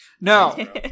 no